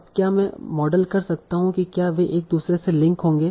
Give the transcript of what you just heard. अब क्या मैं मॉडल कर सकता हूं कि क्या वे एक दूसरे से लिंक होंगे